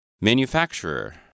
Manufacturer